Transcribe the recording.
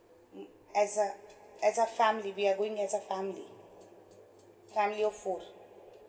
mm as a as a family we are going as a family family of four